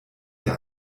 der